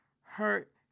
hurt